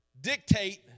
dictate